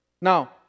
Now